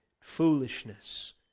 foolishness